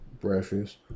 Breakfast